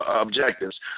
objectives